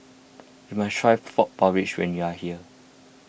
you must try Frog Porridge when you are here